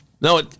No